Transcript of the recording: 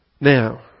Now